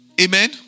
Amen